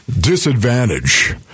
disadvantage